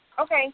Okay